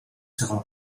seront